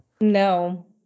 No